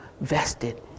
vested